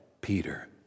Peter